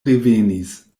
revenis